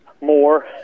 more